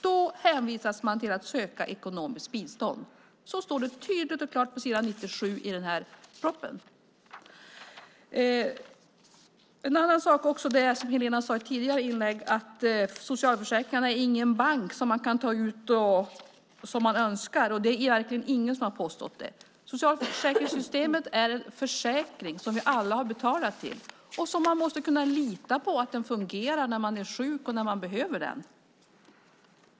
Då hänvisas man till att söka ekonomiskt bistånd. Så står det tydligt och klart på s. 97 i propositionen. Helena sade i ett tidigare inlägg att socialförsäkringarna inte är en bank där man kan ta ut pengar som man önskar. Det är verkligen ingen som har påstått det. Socialförsäkringssystemet är en försäkring som vi alla har betalat till och som man måste kunna lita på fungerar när man är sjuk och behöver den.